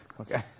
Okay